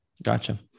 Gotcha